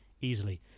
easily